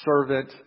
servant